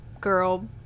girl